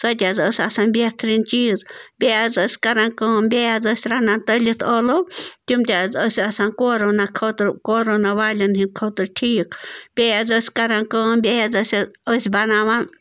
سۄ تہِ حظ ٲس آسان بہتریٖن چیٖز بیٚیہِ حظ ٲسۍ کَران کٲم بیٚیہِ حظ ٲسۍ رَنان تٔلِتھ ٲلو تِم تہِ حظ ٲسۍ آسان کوروٗنا خٲطرٕ کوروٗنا والٮ۪ن ہِنٛدۍ خٲطرٕ ٹھیٖکھ بیٚیہِ حظ ٲسۍ کَران کٲم بیٚیہِ حظ ٲسۍ أسۍ بَناوان